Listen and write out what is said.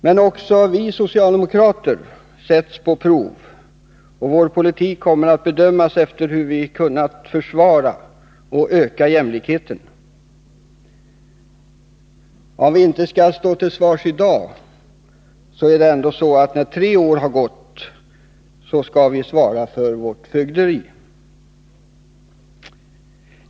Men också vi socialdemokrater kommer att sättas på prov, och vår politik kommer att bedömas efter hur vi har kunnat försvara och öka jämlikheten. Även om vi inte kan ställas till svars i dag, så skall vi svara för vårt fögderi när tre år har gått.